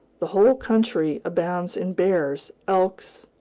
the whole country abounds in bears, elks,